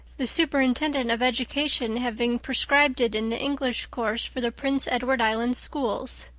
the superintendent of education having prescribed it in the english course for the prince edward island schools.